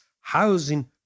housing